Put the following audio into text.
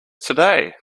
today